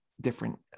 different